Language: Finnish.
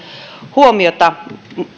huomiota